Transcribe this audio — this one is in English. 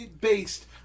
based